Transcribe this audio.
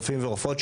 רופאים ורופאות,